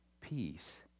Peace